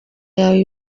yawe